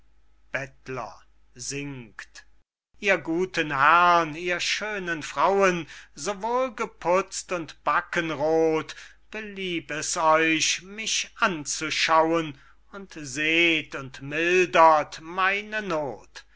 bettler singt ihr guten herrn ihr schönen frauen so wohlgeputzt und backenroth belieb es euch mich anzuschauen und seht und mildert meine noth